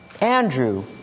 Andrew